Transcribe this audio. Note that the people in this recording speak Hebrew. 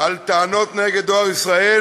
על טענות נגד "דואר ישראל",